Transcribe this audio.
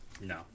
no